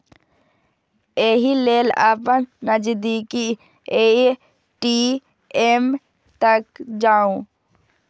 एहि लेल अपन नजदीकी ए.टी.एम तक जाउ